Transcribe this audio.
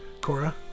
Cora